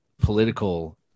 political